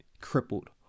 crippled